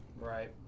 Right